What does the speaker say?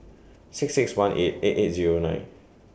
six six one eight eight eight Zero nine